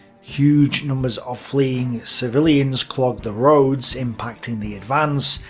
huge numbers of fleeing civilians clogged the roads, impacting the advance.